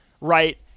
right